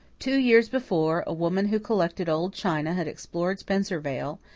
two years before, a woman who collected old china had explored spencervale,